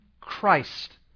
Christ